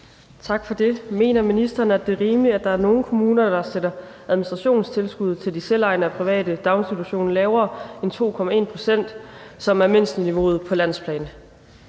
Tak for det. Mener ministeren, at det er rimeligt, at der er nogle kommuner, der sætter administrationstilskuddet til selvejende og private daginstitutioner lavere end 2,1 pct., som er mindsteniveauet på landsplan?